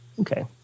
Okay